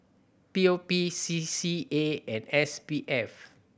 P O P C C A and S B F